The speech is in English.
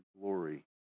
glory